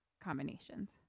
combinations